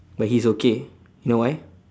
but he's okay you know why